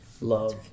love